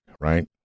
right